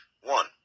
One